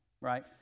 right